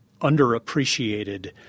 underappreciated